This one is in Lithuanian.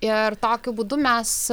ir tokiu būdu mes